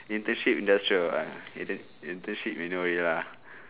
internship industrial ah intern internship you know already lah